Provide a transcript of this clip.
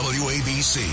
wabc